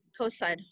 Coastside